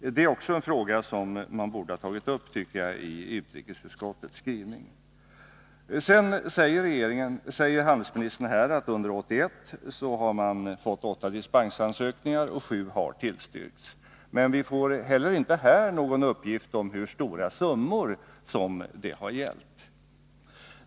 Det är också en fråga som jag tycker att man borde ha tagit upp i utrikesutskottets skrivning. Sedan säger handelsministern att man under 1981 har fått sex dispensansökningar och att fem har tillstyrkts. Men vi får inte heller här någon uppgift om hur stora summor det har gällt.